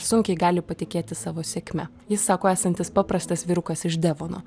sunkiai gali patikėti savo sėkme jis sako esantis paprastas vyrukas iš devono